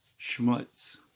schmutz